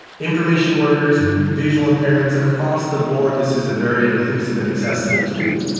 information workers, visual impairments across the board. this is a very inclusive and accessible tool.